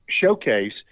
showcase